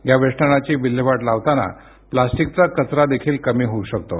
या वेष्टणाची विल्हेवाट लावताना प्लास्टिकचा कचरादेखील कमी होऊ शकतो